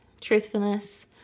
truthfulness